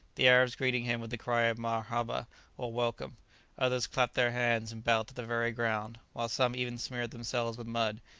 the arabs greeting him with the cry of marhaba or welcome others clapped their hands and bowed to the very ground while some even smeared themselves with mud,